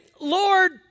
Lord